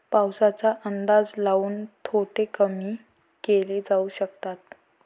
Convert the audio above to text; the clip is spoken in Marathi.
पाऊसाचा अंदाज लाऊन तोटे कमी केले जाऊ शकतात